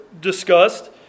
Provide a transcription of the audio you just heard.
discussed